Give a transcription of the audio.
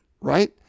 right